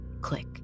Click